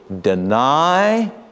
deny